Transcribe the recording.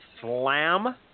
slam –